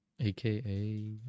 AKA